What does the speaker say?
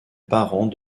parents